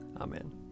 Amen